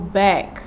back